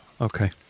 Okay